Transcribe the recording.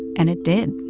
and it did.